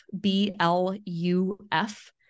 B-L-U-F